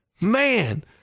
man